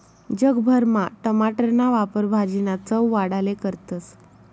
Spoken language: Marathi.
जग भरमा टमाटरना वापर भाजीना चव वाढाले करतस